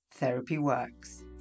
therapyworks